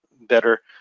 better